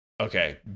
Okay